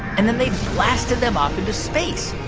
and then they blasted them up into space.